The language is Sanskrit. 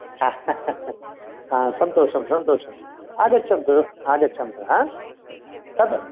हा सन्तोषम् सन्तोषम् आगच्छन्तु आगच्छन्तु तद्